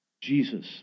Jesus